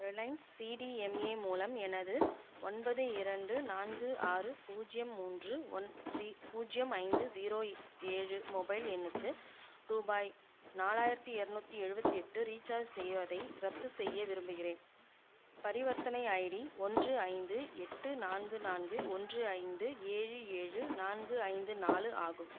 Reliance CDMA மூலம் எனது ஒன்பது இரண்டு நான்கு ஆறு பூஜ்யம் மூன்று ஒன் ஸி பூஜ்யம் ஐந்து ஸீரோ ஏழு மொபைல் எண்ணுக்கு ரூபாய் நாலாயிரத்தி இரநூத்தி எழுவத்தி எட்டு ரீசார்ஜ் செய்வதை ரத்து செய்ய விரும்புகிறேன் பரிவர்த்தனை ஐடி ஒன்று ஐந்து எட்டு நான்கு நான்கு ஒன்று ஐந்து ஏழு ஏழு நான்கு ஐந்து நாலு ஆகும்